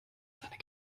seiner